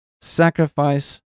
sacrifice